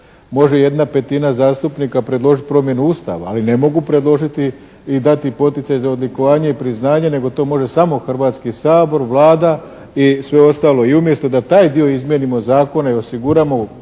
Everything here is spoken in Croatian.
Može 1/5 zastupnika predložiti promjenu Ustava ali ne mogu predložiti i dati poticaj za odlikovanje i priznanje nego to samo može Hrvatski sabor, Vlada i sve ostalo. I umjesto da taj dio izmijenimo zakona i osiguramo,